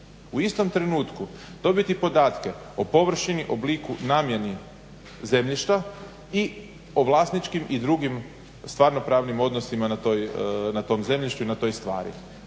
u istom trenutku dobiti podatke o površini, obliku, namjeni zemljišta i o vlasničkim i drugim stvarno-pravnim odnosima na tom zemljištu i na toj stvari.